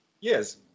Yes